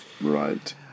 Right